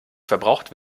verbraucht